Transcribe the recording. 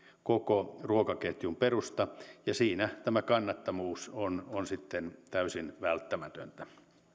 koko ruokaketjun perusta ja siinä tämä kannattavuus on on sitten täysin välttämätöntä